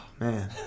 man